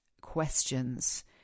questions